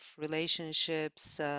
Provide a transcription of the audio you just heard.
relationships